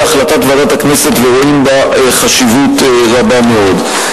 החלטת ועדת הכנסת ורואים בה חשיבות רבה מאוד.